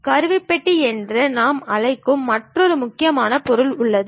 கருவிப்பட்டி என்று நாம் அழைக்கும் மற்றொரு முக்கியமான பொருள் உள்ளது